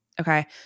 Okay